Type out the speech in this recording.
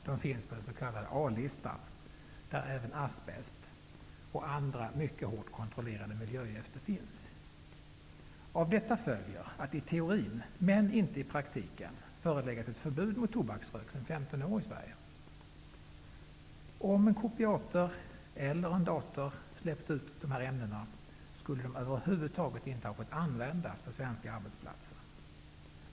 De finns på den s.k. A-listan, där även asbest och andra mycket hårt kontrollerade miljögifter finns. Av detta följer att det i teorin, men inte i praktiken, föreligger ett förbud mot tobaksrök sedan 15 år i Sverige. Om en kopiator eller en dator släppte ut de här ämnena, skulle de över huvud taget inte ha fått användas på svenska arbetsplatser.